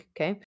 okay